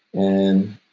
and